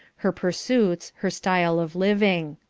her pursuits, her style of living.